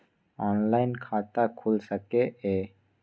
Online खाता खुल सके ये?